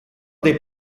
dei